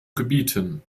gebieten